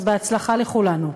אז בהצלחה לכולנו.